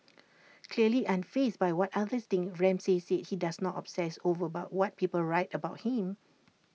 clearly unfazed by what others think Ramsay said he does not obsess over about what people write about him